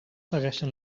segueixen